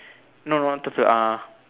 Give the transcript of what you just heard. no not turtle uh